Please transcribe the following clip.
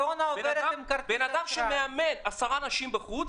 מה יקרה לאותו מאמן שמאמן אנשים עשרה בחוץ?